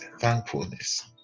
thankfulness